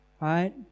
right